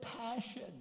passion